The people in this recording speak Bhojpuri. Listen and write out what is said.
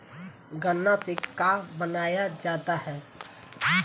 गान्ना से का बनाया जाता है?